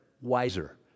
wiser